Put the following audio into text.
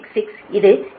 54 degree KV